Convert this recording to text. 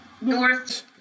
north